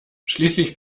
schließlich